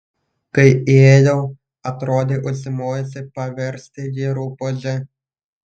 kai įėjau atrodei užsimojusi paversti jį rupūže